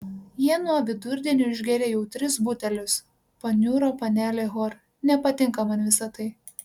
jie nuo vidurdienio išgėrė jau tris butelius paniuro panelė hor nepatinka man visa tai